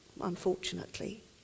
unfortunately